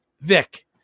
Vic